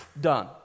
Done